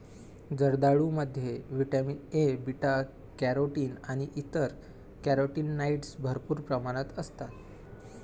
जर्दाळूमध्ये vitamin A, beta carotene आणि इतर कॅरोटीनॉइड्स भरपूर प्रमाणात असतात